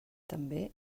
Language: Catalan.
també